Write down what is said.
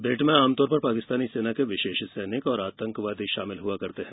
bat में आमतौर पर पाकिस्तानी सेना के विशेष सैनिक और आतंकवादी शामिल होते हैं